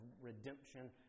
redemption